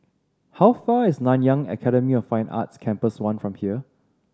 how far is Nanyang Academy of Fine Arts Campus One from here